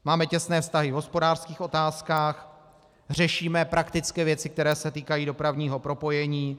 Máme těsné vztahy v hospodářských otázkách, řešíme praktické věci, které se týkají dopravního propojení.